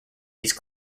these